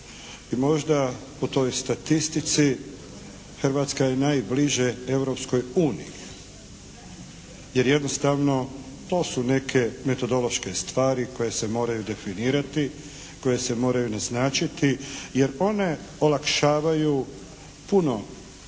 možda po toj statistici Hrvatska je najbliže Europskoj uniji jer jednostavno to su neke metodološke stvari koje se moraju definirati, koje se moraju naznačiti jer one olakšavaju puno